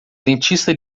dentista